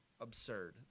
absurd